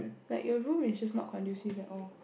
like your room is just not conducive at all